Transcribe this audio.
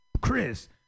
Chris